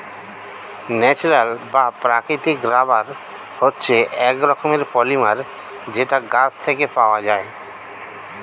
natural বা প্রাকৃতিক rubber হচ্ছে এক রকমের পলিমার যেটা গাছ থেকে পাওয়া যায়